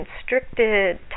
constricted